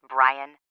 Brian